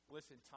Listen